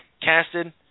casted